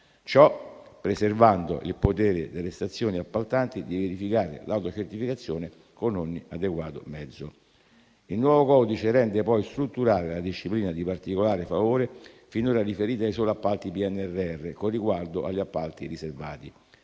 Ciò preservando il potere delle stazioni appaltanti di verificare l'autocertificazione con ogni adeguato mezzo. Il nuovo codice rende poi strutturale la disciplina di particolare favore finora riferita solo agli appalti PNRR, con riguardo agli appalti riservati.